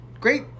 Great